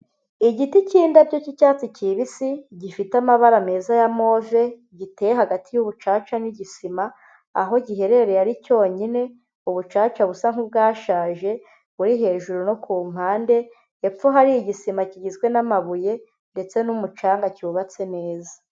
Igiti cy'indabyo cy'icyatsi kibisi gifite amabara meza ya move, giteye hagati y'ubucaca n'igisima, aho giherereye ari cyonyine mu bucaca busa nk'ubwashaje buri hejuru no ku mpande, hepfo hari igisima kigizwe n'amabuye ndetse n'umucanga cyubatse neza.